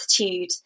attitude